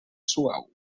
suau